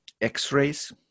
x-rays